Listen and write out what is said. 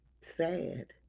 sad